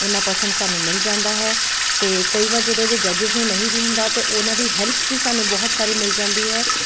ਉਨਾ ਪ੍ਰਸੈਂਟ ਸਾਨੂੰ ਮਿਲ ਜਾਂਦਾ ਹੈ ਅਤੇ ਕਈ ਵਾਰ ਜਦੋਂ ਜੇ ਜੱਜਸ ਨੂੰ ਨਹੀਂ ਵੀ ਹੁੰਦਾ ਤਾਂ ਉਹਨਾਂ ਦੀ ਹੈਲਪ ਵੀ ਸਾਨੂੰ ਬਹੁਤ ਸਾਰੀ ਮਿਲ ਜਾਂਦੀ ਹੈ